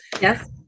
Yes